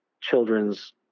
children's